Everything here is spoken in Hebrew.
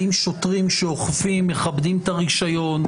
האם שוטרים שאוכפים מכבדים את הרישיון,